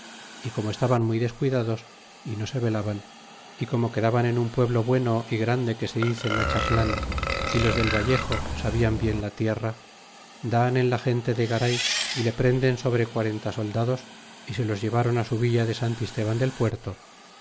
y como estaban muy descuidados no se velaban como quedaban en un pueblo bueno e grande que se dice nachaplan y los del vallejo sabian bien la tierra dan en la gente de garay y le prenden sobre quarenta soldados y se los lleváron á su villa de santisteban del puerto